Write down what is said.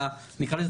נקרא לזה,